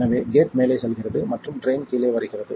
எனவே கேட் மேலே செல்கிறது மற்றும் ட்ரைன் கீலே வருகிறது